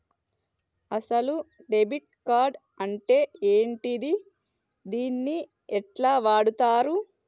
అసలు debit card అంటే ఏంటిది? దీన్ని ఎట్ల వాడుతరు?